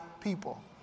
people